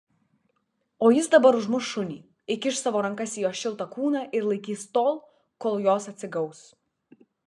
o jis dabar užmuš šunį įkiš savo rankas į jo šiltą kūną ir laikys tol kol jos atsigaus